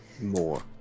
More